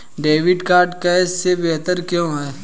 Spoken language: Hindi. डेबिट कार्ड कैश से बेहतर क्यों है?